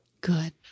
Good